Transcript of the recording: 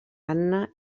anna